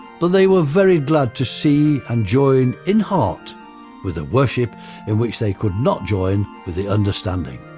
but they were very glad to see and join in heart with the worship in which they could not join with the understanding.